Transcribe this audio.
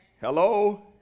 Hello